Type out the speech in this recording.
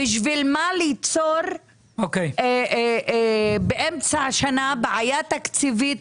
בשביל מה ליצור באמצע השנה בעיה תקציבית